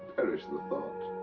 perish the thought.